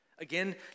Again